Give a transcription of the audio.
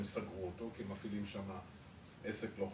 שהם סגרו אותו כי מפעילים שמה עסק לא חוקי,